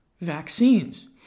vaccines